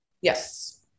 Yes